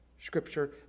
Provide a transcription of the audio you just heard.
scripture